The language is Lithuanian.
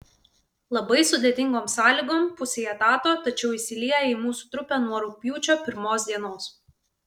labai sudėtingom sąlygom pusei etato tačiau įsilieja į mūsų trupę nuo rugpjūčio pirmos dienos